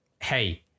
hey